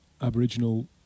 Aboriginal